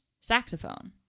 saxophone